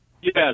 Yes